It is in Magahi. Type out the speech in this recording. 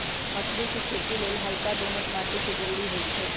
मसुरी कें खेति लेल हल्का दोमट माटी के जरूरी होइ छइ